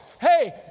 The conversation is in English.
hey